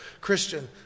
Christian